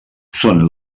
són